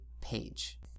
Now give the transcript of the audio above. page